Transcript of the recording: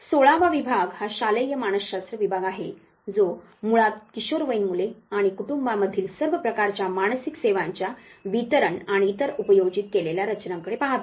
सोळावा विभाग हा शालेय मानसशास्त्र विभाग आहे जो मुळात किशोरवयीन मुले आणि कुटुंबांमधील सर्व प्रकारच्या मानसिक सेवांच्या वितरण आणि इतर उपयोजित केलेल्या रचनांकडे पाहतो